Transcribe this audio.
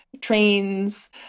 trains